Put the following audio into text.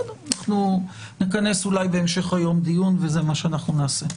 אנחנו נכנס אולי בהמשך היום דיון וזה מה שאנחנו נעשה.